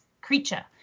creature